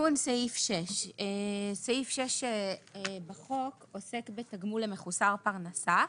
תיקון סעיף 6. סעיף 6 בחוק עוסק בתגמול למחוסר פרנסה,